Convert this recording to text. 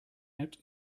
out